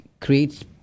creates